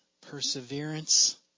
perseverance